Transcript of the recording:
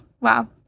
Wow